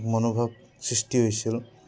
মনোভাৱ সৃষ্টি হৈছিল